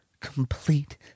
complete